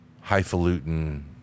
highfalutin